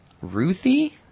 Ruthie